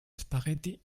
spaghetti